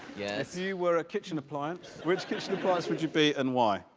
yeah if you were a kitchen appliance, which kitchen appliance would you be and why?